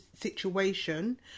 situation